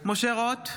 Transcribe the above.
משה רוט,